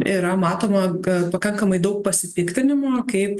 yra matoma pakankamai daug pasipiktinimo kaip